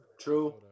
True